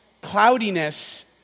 cloudiness